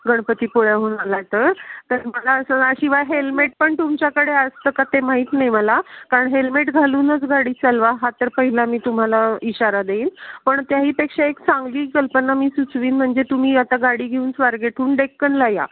गणपतीपुळ्याहून आलाय तर तर मला असं शिवाय हेल्मेट पण तुमच्याकडे असतं का ते माहीत नाही मला कारण हेल्मेट घालूनच गाडी चालवा हा तर पहिला मी तुम्हाला इशारा देईन पण त्याहीपेक्षा एक चांगली कल्पना मी सुचवीन म्हणजे तुम्ही आता गाडी घेऊन स्वारगेटहून डेक्कनला या